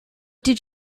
did